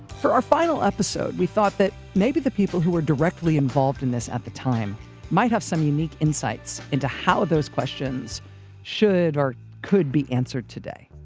for our final episode, we thought that maybe the people who were directly involved in this at the time might have some unique insights into how those questions should or could be answered today